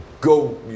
go